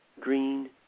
green